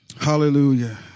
Hallelujah